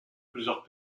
plusieurs